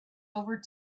over